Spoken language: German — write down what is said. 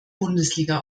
bundesliga